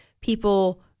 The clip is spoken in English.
people